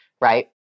right